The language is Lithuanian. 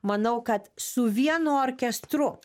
manau kad su vienu orkestru